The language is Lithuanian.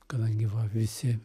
kadangi va visi